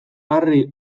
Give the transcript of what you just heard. harri